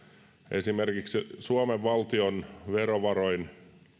esimerkiksi suomen valtion verovaroin